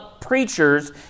preachers